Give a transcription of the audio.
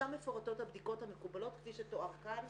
שם מפורטות הבדיקות המקובלות כפי שתואר כאן,